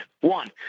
One